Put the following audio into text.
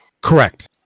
Correct